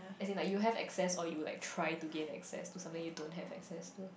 as in like you have access or you like try to gain access to something you don't have access to